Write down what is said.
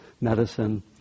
medicine